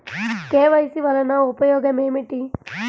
KYC వలన ఉపయోగం ఏమిటీ?